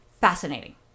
Fascinating